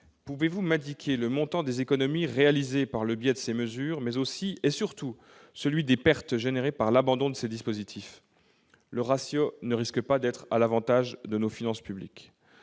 pouvez-vous m'indiquer le montant des économies réalisées par le biais de ces mesures, mais aussi, et surtout, celui des pertes qui résulteront de l'abandon de ces dispositifs ? Le bilan ne risque pas d'être à l'avantage de nos finances publiques